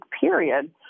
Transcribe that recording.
period